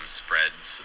spreads